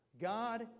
God